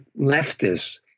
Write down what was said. leftists